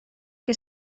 que